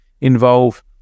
involve